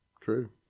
True